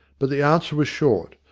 but the answer was short,